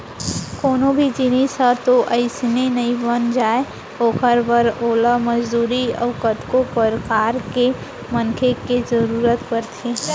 कोनो भी जिनिस ह तो अइसने नइ बन जाय ओखर बर ओला मजदूरी अउ कतको परकार के मनखे के जरुरत परथे